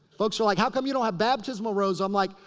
folks are like, how come you don't have baptismal robes? i'm like,